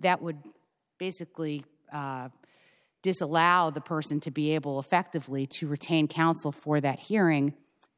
that would basically disallow the person to be able effectively to retain counsel for that hearing